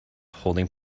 holding